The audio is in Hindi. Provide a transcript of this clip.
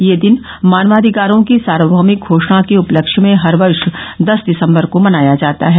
यह दिन मानवाधिकारों की सार्वभौमिक घोषणा के उपलक्ष्य में हर वर्ष दस दिसंबर को मनाया जाता है